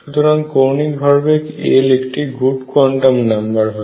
সুতরাং কৌণিক ভরবেগ L একটি গুড কোয়ান্টাম নাম্বার হয়